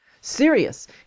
Serious